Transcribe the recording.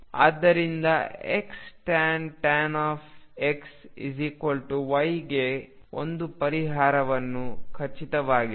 ಆದ್ದರಿಂದ Xtan X Y ಗೆ ಒಂದು ಪರಿಹಾರವು ಖಚಿತವಾಗಿದೆ